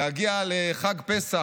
להגיע לחג פסח,